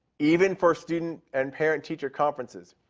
even for student and parent teacher conferences.